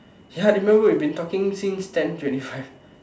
ya remember we've been talking since ten twenty five